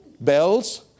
bells